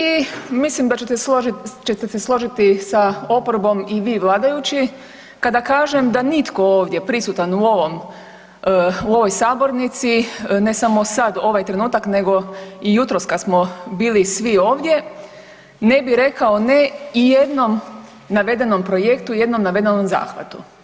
I mislim da ćete se složiti sa oporbom i vi i vladajući kada kažem da nitko ovdje prisutan u ovom, u ovoj sabornici, ne samo sad ovaj trenutak nego i jutros kad smo bili svi ovdje, ne bi rekao ne ijednom navedenom projektu, ijednom navedenom zahvatu.